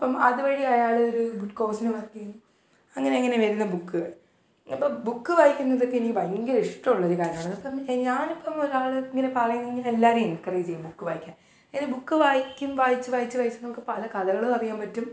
അപ്പം അതുവഴി അയാളൊരു ഗുഡ് കോസിന് വർക്ക് ചെയ്യുന്നു അങ്ങനങ്ങനെ വരുന്ന ബുക്ക്കൾ അപ്പം ബുക്ക് വായിക്കുന്നതക്കെ എനിക്ക് ഭയങ്കര ഇഷ്ടമുള്ളൊരു കാര്യവാണ് ഞാനിപ്പം ഒരാൾ ഇങ്ങനെ പറയുന്നെങ്കിലും എല്ലാരേം എൻകറേജ് ചെയ്യും ബുക്ക് വായിക്കാൻ ബുക്ക് വായിക്കും വായിച്ച് വായിച്ച് വായിച്ചു നമുക്ക് പല കഥകളുവറിയാൻ പറ്റും